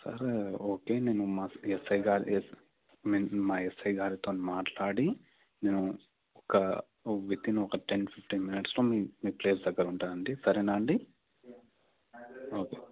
సరే ఓకే నేను మా ఎస్ఐ గారి ఐ మీన్ మా ఎస్ఐ గారితోని మాట్లాడి నేను ఒక విత్ ఇన్ ఒక టెన్ ఫిఫ్టీన్ మినిట్స్లో మీ ప్లేస్ దగ్గర ఉంటానండి సరేనా అండి ఓకే